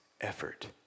effort